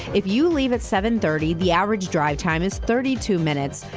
if you leave at seven thirty, the average drive time is thirty two minutes.